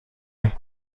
راه